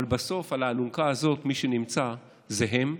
אבל בסוף על האלונקה הזאת מי שנמצא זה הם,